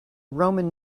roman